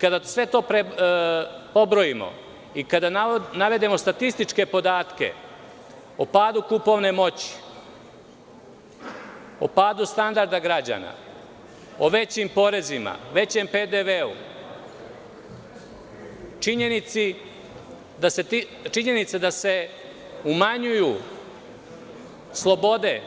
Kada sve to pobrojimo i kada navedemo statističke podatke o padu kupovne moći, o padu standarda građana, o većim porezima, većem PDV, činjenica da se umanjuju slobode,